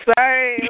Sorry